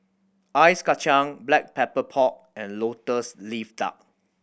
ice kacang Black Pepper Pork and Lotus Leaf Duck